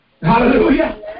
Hallelujah